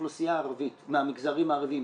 אוכלוסייה ערבית מהמגזרים הערבים,